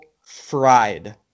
fried